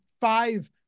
five